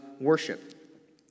worship